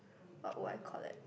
what would I collect